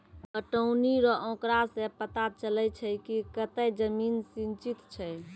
पटौनी रो आँकड़ा से पता चलै छै कि कतै जमीन सिंचित छै